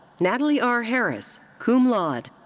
natalie r. harris, cum laude.